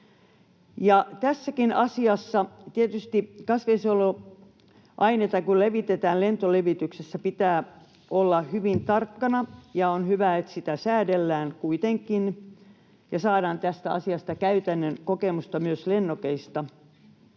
Tässäkin asiassa tietysti, kun kasvinsuojeluaineita levitetään lentolevityksellä, pitää olla hyvin tarkkana, ja on hyvä, että sitä säädellään kuitenkin ja saadaan tästä asiasta käytännön kokemusta, myös lennokeista,